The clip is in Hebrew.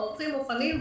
אנחנו ערוכים ומוכנים,